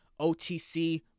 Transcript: OTC